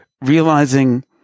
realizing